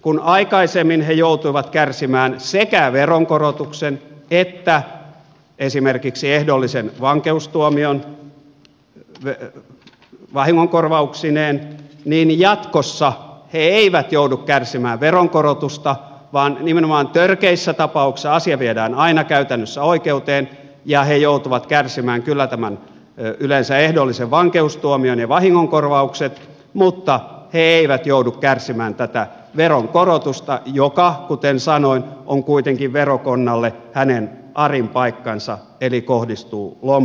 kun aikaisemmin he joutuivat kärsimään sekä veronkorotuksen että esimerkiksi ehdollisen vankeustuomion vahingonkorvauksineen niin jatkossa he eivät joudu kärsimään veronkorotusta vaan nimenomaan törkeissä tapauksissa asia viedään aina käytännössä oikeuteen ja he joutuvat kärsimään kyllä yleensä ehdollisen vankeustuomion ja vahingonkorvaukset mutta he eivät joudu kärsimään tätä veronkorotusta joka kuten sanoin on kuitenkin verokonnalle hänen arin paikkansa eli kohdistuu lompakkoon